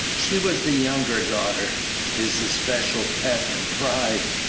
she was the younger daughter his especial pet and pride.